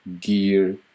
gear